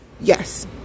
Yes